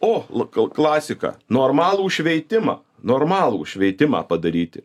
o lak kla klasiką normalų šveitimą normalų šveitimą padaryti